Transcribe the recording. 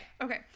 Okay